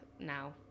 now